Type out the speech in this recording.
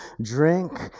drink